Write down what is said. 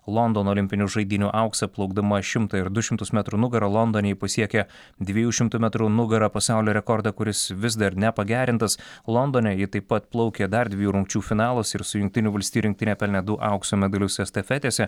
londono olimpinių žaidynių auksą plaukdama šimtą ir du šimtus metrų nugara londone ji pasiekė dviejų šimtų metrų nugara pasaulio rekordą kuris vis dar nepagerintas londone ji taip pat plaukė dar dviejų rungčių finaluose ir su jungtinių valstijų rinktine pelnė du aukso medalius estafetėse